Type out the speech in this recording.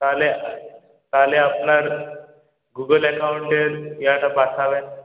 তাহলে তাহলে আপনার গুগল অ্যাকাউন্টের ইয়েটা পাঠাবেন